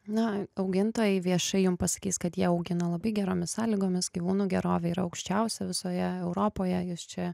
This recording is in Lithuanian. na augintojai viešai jum pasakys kad jie augina labai geromis sąlygomis gyvūnų gerovė yra aukščiausia visoje europoje jūs čia